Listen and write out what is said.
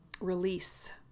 release